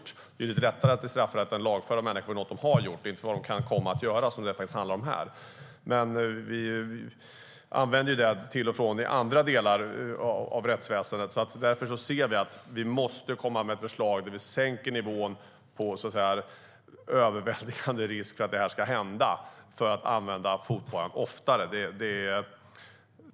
Det är betydligt lättare att i straffrätten lagföra människor för något som de har gjort och inte för vad de kan komma att göra, vilket det handlar om här. Till och från använder vi fotboja i andra delar av rättsväsendet, och därför ser vi att vi måste komma med förslag där vi sänker nivån på överväldigande risk så att fotbojan kan användas oftare.